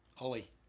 Oli